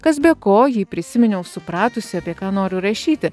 kas be ko jį prisiminiau supratusi apie ką noriu rašyti